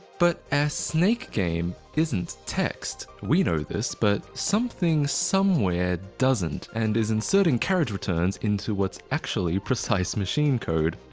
but our snake game isn't text. we know this, but something somewhere doesn't and is inserting carriage returns into what's actually precise machine code.